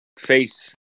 face